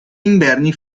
inverni